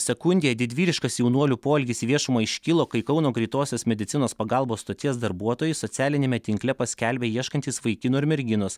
sekundėje didvyriškas jaunuolių poelgis į viešumą iškilo kai kauno greitosios medicinos pagalbos stoties darbuotojai socialiniame tinkle paskelbė ieškantys vaikino ir merginos